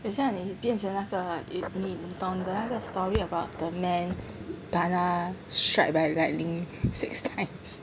等下你变成那个你懂那个 story about the man kena strike by lightning six times